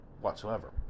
whatsoever